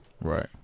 Right